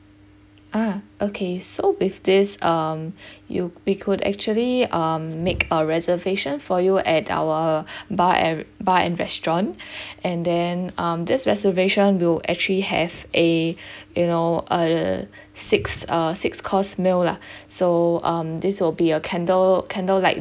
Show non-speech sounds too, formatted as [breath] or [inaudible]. ah okay so with this um [breath] you we could actually um make a reservation for you at our [breath] bar an~ bar and restaurant [breath] and then um this reservation will actually have a [breath] you know err six uh six course meal lah [breath] so um this will be a candle candle light